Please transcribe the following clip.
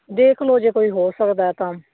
ਦੇਖ ਲਓ ਜੇ ਕੋਈ ਹੋ ਸਕਦਾ ਤਾਂ